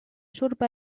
شرب